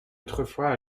autrefois